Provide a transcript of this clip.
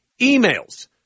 emails